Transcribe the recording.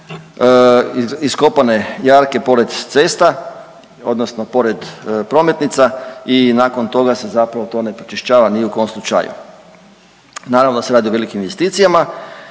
iskopane jarke pored cesta odnosno pored prometnica i nakon toga se zapravo to ne pročišćava ni u kom slučaju. Naravno da se radi o velikim investicijama